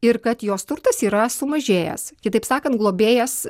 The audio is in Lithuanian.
ir kad jos turtas yra sumažėjęs kitaip sakant globėjas